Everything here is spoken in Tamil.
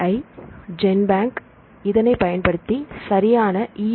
ஐ ஜென்பேங்க் இதனைப் பயன்படுத்தி சரியான ஈ